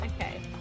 Okay